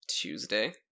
Tuesday